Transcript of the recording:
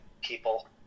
people